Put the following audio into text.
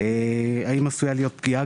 האם עשויה להיות פגיעה